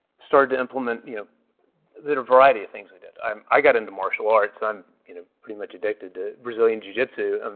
started to implement then a variety of things i did. i got into martial arts. i'm you know pretty much addicted to brazilian jiu-jitsu, and